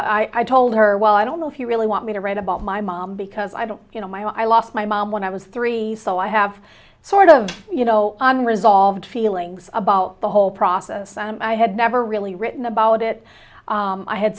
know i told her well i don't know if you really want me to write about my mom because i don't you know my i lost my mom when i was three so i have sort of you know unresolved feelings about the whole process and i had never really written about it i had